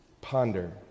Ponder